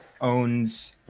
owns